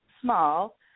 small